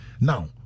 Now